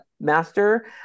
master